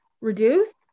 reduce